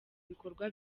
bikorwa